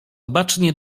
bacznie